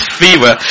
fever